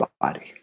body